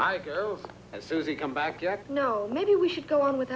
i come back yes no maybe we should go on with